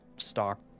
stock